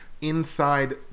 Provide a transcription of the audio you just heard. inside